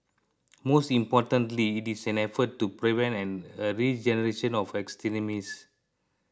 most importantly it is an effort to prevent a regeneration of extremists